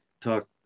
talk